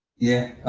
yeah,